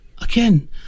again